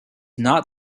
not